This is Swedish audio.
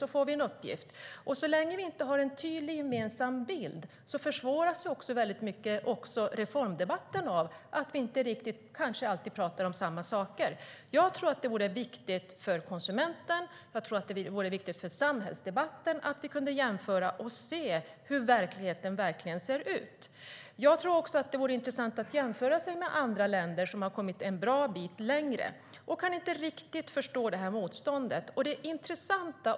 Så får vi en uppgift. Så länge vi inte har en tydlig gemensam bild försvåras också reformdebatten. Vi kanske inte alltid pratar om samma saker. Jag tror att det vore viktigt för konsumenterna och för samhällsdebatten att vi kan jämföra och se hur verkligheten ser ut. Det är också intressant att jämföra oss med andra länder som har kommit en bra bit längre. Jag kan inte riktigt förstå det motstånd som finns.